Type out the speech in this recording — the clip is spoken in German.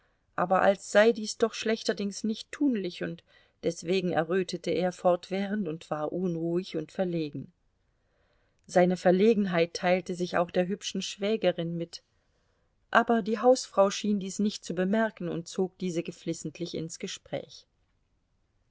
aber als sei dies doch schlechterdings nicht tunlich und deswegen errötete er fortwährend und war unruhig und verlegen seine verlegenheit teilte sich auch der hübschen schwägerin mit aber die hausfrau schien dies nicht zu bemerken und zog diese geflissentlich ins gespräch